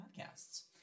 Podcasts